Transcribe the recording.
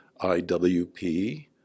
IWP